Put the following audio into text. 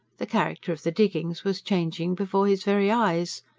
the character of the diggings was changing before his very eyes.